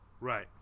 right